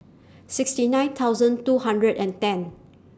sixty nine thousand two hundred and ten